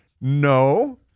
No